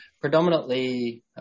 predominantly